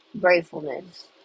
gratefulness